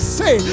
say